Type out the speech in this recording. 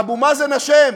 אבו מאזן אשם,